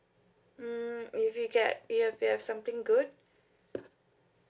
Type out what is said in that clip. mm if you get if you have you have something good